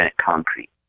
concrete